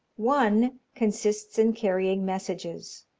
one consists in carrying messages.